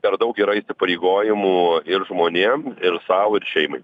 per daug yra įsipareigojimų ir žmonėm ir sau ir šeimai